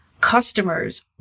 customers